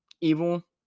evil